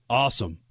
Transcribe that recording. awesome